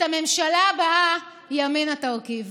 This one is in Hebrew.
את הממשלה הבאה ימינה תרכיב.